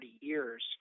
years